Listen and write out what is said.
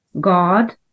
God